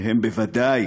שבוודאי